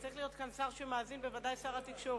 צריך להיות פה שר שמאזין, בוודאי שר התקשורת.